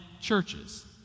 churches